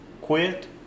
quit